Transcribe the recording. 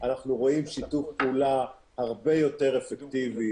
אנחנו רואים שיתוף פעולה הרבה יותר אפקטיבי